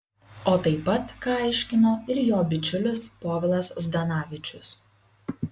o taip pat ką aiškino ir jo bičiulis povilas zdanavičius